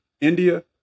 India